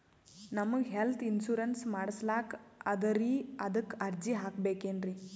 ನಮಗ health insurance ಮಾಡಸ್ಲಾಕ ಅದರಿ ಅದಕ್ಕ ಅರ್ಜಿ ಹಾಕಬಕೇನ್ರಿ?